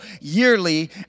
yearly